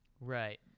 Right